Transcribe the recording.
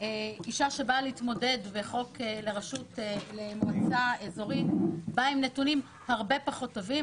אישה שבאה להתמודד למועצה אזורית באה עם נתונים הרבה פחות טובים.